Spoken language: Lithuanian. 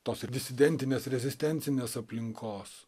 tos ir disidentinės rezistencinės aplinkos